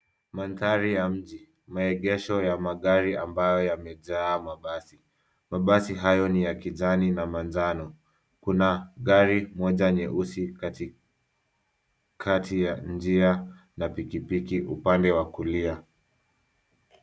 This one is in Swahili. Mandhari ya mji. Maegesho ya magari ambayo yamejaa mabasi. Mabasi hayo ni ya kijani na manjano. Kuna gari moja nyeusi katikati ya njia na pikipiki upande wa kulia.